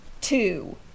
two